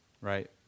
right